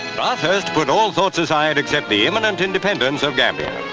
bathurst put all thoughts aside except the imminent independence of gambia.